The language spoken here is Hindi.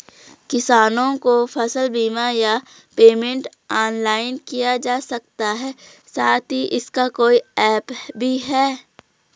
किसानों को फसल बीमा या पेमेंट ऑनलाइन किया जा सकता है साथ ही इसका कोई ऐप भी है?